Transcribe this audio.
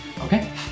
Okay